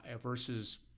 versus